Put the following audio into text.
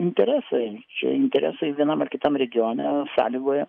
interesai čia interesai vienam ar kitam regione sąlygoja